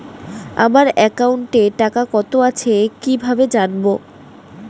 আমার একাউন্টে টাকা কত আছে কি ভাবে জানবো?